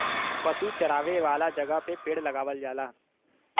पशु चरावे वाला जगह पे पेड़ लगावल जाला